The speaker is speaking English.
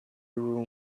room